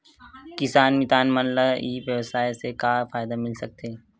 किसान मितान मन ला ई व्यवसाय से का फ़ायदा मिल सकथे?